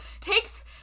takes